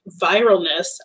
viralness